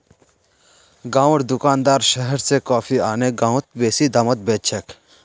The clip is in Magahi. गांउर दुकानदार शहर स कॉफी आने गांउत बेसि दामत बेच छेक